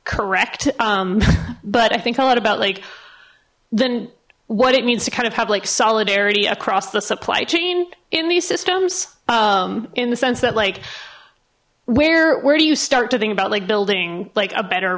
correct but i think a lot about like then what it means to kind of have like solidarity across the supply chain in these systems in the sense that like where where do you start to think about like building like a better